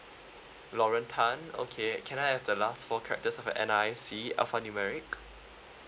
lauren tan okay can I have the last four characters of your N_R_I_C alpha numeric